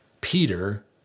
Peter